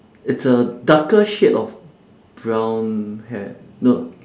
it's a darker shade of brown hair no